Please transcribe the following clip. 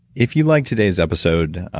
if you liked today's episode,